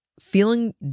feeling